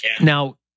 Now